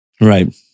Right